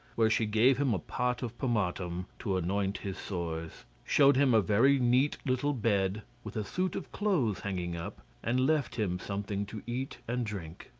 where she gave him a pot of pomatum to anoint his sores, showed him a very neat little bed, with a suit of clothes hanging up, and left him something to eat and drink.